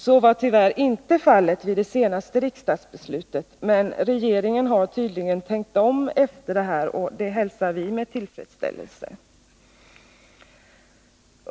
Så blev det tyvärr inte genom det senaste riksdagsbeslutet, men regeringen har tydligen tänkt om efter detta, och det hälsar vi med tillfredsställelse.